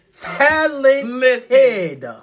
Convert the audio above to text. talented